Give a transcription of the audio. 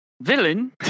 Villain